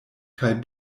kaj